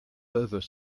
peuvent